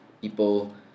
people